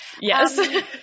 Yes